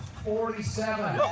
forty seven.